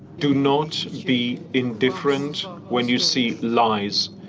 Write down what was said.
do not be indifferent when you see lies,